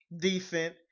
Decent